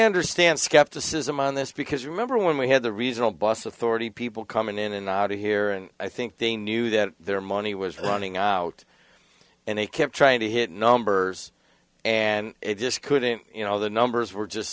understand skepticism on this because remember when we had the reasonal bus authority people coming in and out here and i think they knew that their money was running out and they kept trying to hit numbers and it just couldn't you know the numbers were just